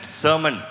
sermon